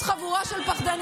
אתם פשוט חבורה של פחדנים.